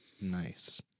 Nice